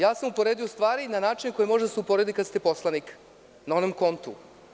Ja sam uporedio stvari na način na koji može da se uporedi kad ste poslanik na onom kontu.